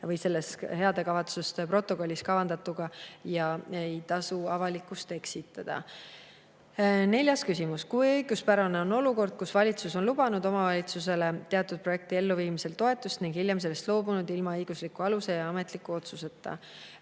seoses heade kavatsuste protokollis kavandatuga ja ei tasu avalikkust eksitada. Neljas küsimus: "Kui õiguspärane on olukord, kus valitsus on lubanud omavalitsusele teatud projekti elluviimisel toetust ning hiljem sellest loobunud, ilma õigusliku aluse [ja] ametliku otsuseta?"